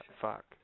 Fuck